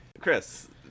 Chris